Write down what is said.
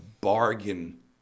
bargain